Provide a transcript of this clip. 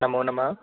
नमो नमः